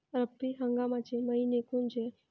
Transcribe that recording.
रब्बी हंगामाचे मइने कोनचे?